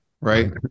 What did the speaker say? right